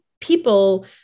people